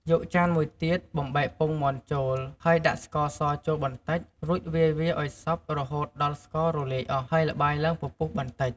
យកចានមួយទៀត បំបែកពងមាន់ចូល ហើយដាក់ស្ករសចូលបន្តិច រួចវាយវាឱ្យសព្វរហូតដល់ស្កររលាយអស់ ហើយល្បាយឡើងពពុះបន្តិច។